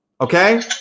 Okay